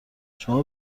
شما